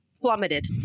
plummeted